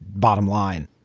bottom line.